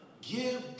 Give